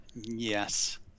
Yes